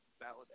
valid